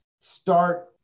start